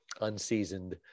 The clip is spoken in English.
Unseasoned